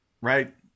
right